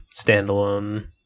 standalone